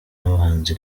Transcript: n’abahanzi